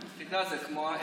אתה יודע, זה כמו העמק,